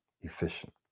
efficient